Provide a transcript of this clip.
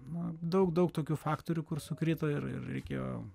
na daug daug tokių faktorių kur sukrito ir ir reikėjo